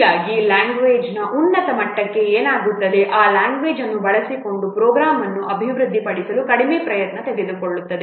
ಹೀಗಾಗಿ ಲ್ಯಾಂಗ್ವೇಜ್ನ ಉನ್ನತ ಮಟ್ಟಕ್ಕೆ ಏನಾಗುತ್ತದೆ ಆ ಲ್ಯಾಂಗ್ವೇಜ್ ಅನ್ನು ಬಳಸಿಕೊಂಡು ಪ್ರೋಗ್ರಾಂ ಅನ್ನು ಅಭಿವೃದ್ಧಿಪಡಿಸಲು ಕಡಿಮೆ ಪ್ರಯತ್ನವನ್ನು ತೆಗೆದುಕೊಳ್ಳುತ್ತದೆ